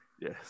Yes